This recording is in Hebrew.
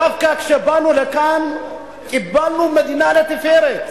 דווקא כשבאנו לכאן קיבלנו מדינה לתפארת.